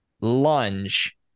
lunge